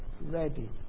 ready